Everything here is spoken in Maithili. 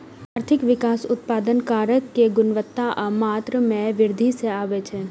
आर्थिक विकास उत्पादन कारक के गुणवत्ता आ मात्रा मे वृद्धि सं आबै छै